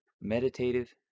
meditative